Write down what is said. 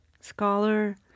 scholar